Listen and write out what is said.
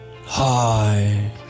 Hi